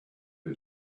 who